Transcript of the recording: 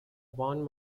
van